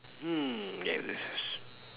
mm yes this is